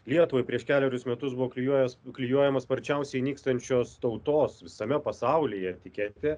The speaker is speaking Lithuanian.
lietuvai prieš kelerius metus buvo klijuojas klijuojama sparčiausiai nykstančios tautos visame pasaulyje etiketė